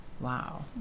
Wow